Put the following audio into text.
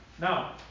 Now